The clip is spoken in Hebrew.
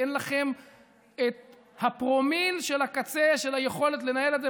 אין לכם את הפרומיל של הקצה של היכולת לנהל את זה.